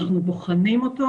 אנחנו בוחנים אותו,